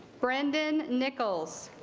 brendan nichols